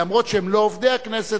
אף-על-פי שהם לא עובדי הכנסת,